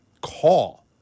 call